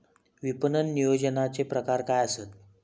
विपणन नियोजनाचे प्रकार काय आसत?